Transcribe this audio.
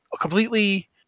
completely